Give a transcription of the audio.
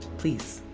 please.